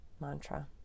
mantra